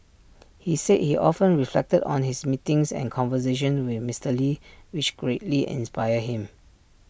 he said he often reflected on his meetings and conversations with Mister lee which greatly inspired him